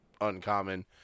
uncommon